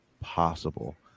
possible